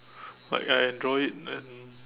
like I enjoy it and